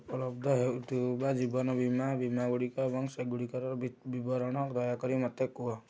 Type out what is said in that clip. ଉପଲବ୍ଧ ହେଉଥିବା ଜୀବନ ବୀମା ବୀମା ଗୁଡ଼ିକ ଏବଂ ସେଗୁଡ଼ିକର ବିବରଣ ଦୟାକରି ମୋତେ କୁହ